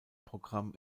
programm